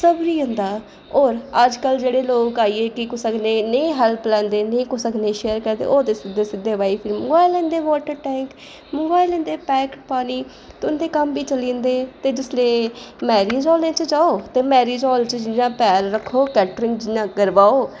संबली जंदा और अजकल जेह्ड़े लोक आई गे कि कुसै कन्नै नेईं हैल्प लैंदे नेईं कुसै कन्नै शेयर करदे ओह् ते सिद्धे सिद्धे भई मंगोआई लैंदे वाटर टैंक मंगवाई लैंदे पैकड पानी ते उं'दे कम्म बी चली जंदे ते जिसलै मैरिज हालें च जाओ मैरिज हाल च जि'यां पैर रक्खो कैटरिंगां करवाओ